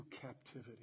captivity